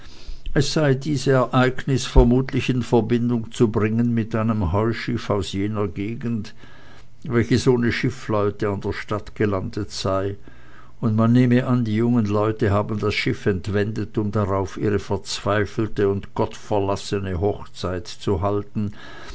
es sei dies ereignis vermutlich in verbindung zu bringen mit einem heuschiff aus jener gegend welches ohne schiffleute in der stadt gelandet sei und man nehme an die jungen leute haben das schiff entwendet um darauf ihre verzweifelte und gottverlassene hochzeit zu halten